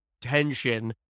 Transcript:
tension